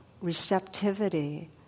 receptivity